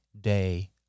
day